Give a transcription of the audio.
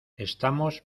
estamos